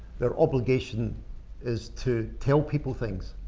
their obligation is to tell people things.